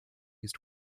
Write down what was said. east